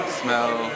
smell